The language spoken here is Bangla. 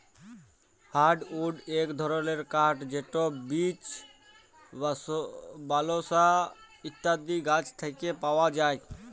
হার্ডউড ইক ধরলের কাঠ যেট বীচ, বালসা ইত্যাদি গাহাচ থ্যাকে পাউয়া যায়